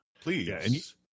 please